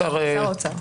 שר האוצר.